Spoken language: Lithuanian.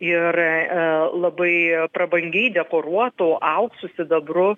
ir labai prabangiai dekoruotų auksu sidabru